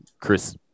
chris